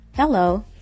Hello